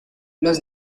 los